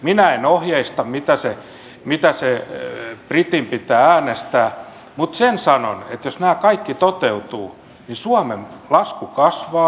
minä en ohjeista mitä britin pitää äänestää mutta sen sanon että jos nämä kaikki toteutuvat niin suomen lasku kasvaa